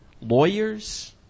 lawyers